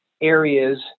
areas